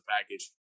package